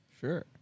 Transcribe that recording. Sure